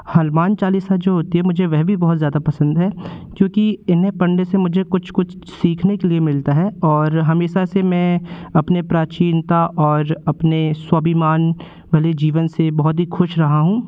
हनुमान चालीसा जो होती है वह भी बहुत ज़्यादा पसंद है क्योंकि इन्हें पढ़ने से मुझे कुछ कुछ सीखने के लिए मिलता है और हमेशा से मैं अपने प्राचीनता और अपने स्वाभिमान वाले जीवन से बहुत ही खुश रहा हूँ